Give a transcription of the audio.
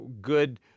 good